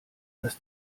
dass